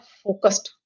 focused